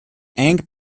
ang